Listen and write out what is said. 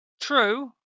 True